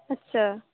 अच्छा